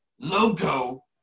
logo